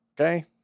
okay